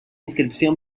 inscripció